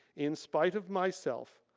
in spite of myself,